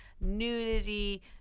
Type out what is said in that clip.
nudity